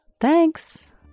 Thanks